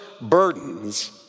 burdens